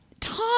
Tom